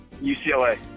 UCLA